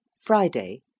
Friday